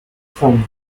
from